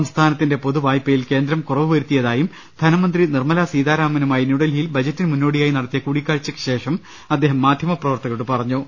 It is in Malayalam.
സംസ്ഥാനത്തിന്റെ പൊതുവായ്പയിൽ കേന്ദ്രം കുറവുവരുത്തിയതായും ധനമന്ത്രി നിർമല സീതാരാമനുമായി ന്യൂഡൽഹി യിൽ ബജറ്റിന് മുന്നോടിയായി നടത്തിയ കൂടിക്കാഴ്ചയ്ക്കുശേഷം അദ്ദേഹം മാധ്യമ പ്രവർത്തകരോട് പറഞ്ഞു